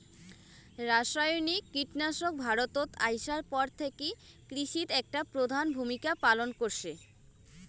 রাসায়নিক কীটনাশক ভারতত আইসার পর থাকি কৃষিত একটা প্রধান ভূমিকা পালন করসে